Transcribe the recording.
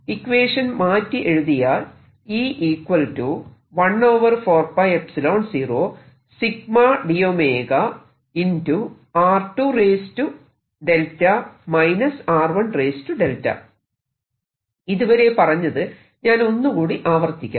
equation മാറ്റി എഴുതിയാൽ ഇതുവരെ പറഞ്ഞത് ഞാൻ ഒന്നുകൂടി ആവർത്തിക്കാം